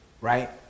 right